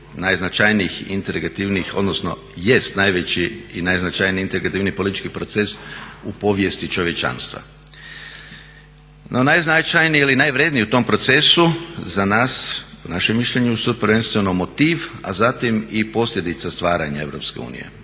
intergetivnijih odnosno jest najveći i najznačajniji intergetivni politički proces u povijesti čovječanstva. No, najznačajniji ili najvrjedniji u tom procesu za nas po našem mišljenju su prvenstveno motiv a zatim i posljedica stvaranja EU.